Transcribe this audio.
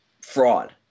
fraud